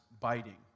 biting